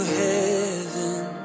heaven